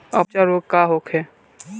अपच रोग का होखे?